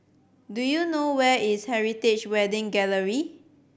do you know where is Heritage Wedding Gallery